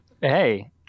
hey